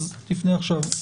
אז נפנה עכשיו.